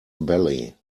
belly